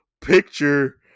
picture